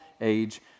age